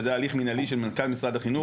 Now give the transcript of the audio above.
וזה הליך מנהלי של מנכ"ל משרד החינוך,